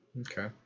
Okay